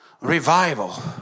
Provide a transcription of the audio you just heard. revival